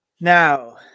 Now